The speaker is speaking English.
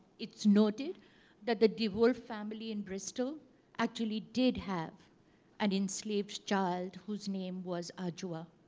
it's noted that the de woolf family in bristol actually did have an enslaved child whose name was adjua.